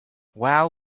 well